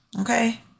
Okay